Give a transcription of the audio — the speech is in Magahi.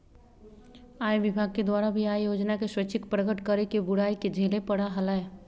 आय विभाग के द्वारा भी आय योजना के स्वैच्छिक प्रकट करे के बुराई के झेले पड़ा हलय